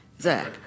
Zach